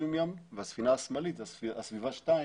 בזיהום ים והספינה השמאלית זו הסביבה שתיים,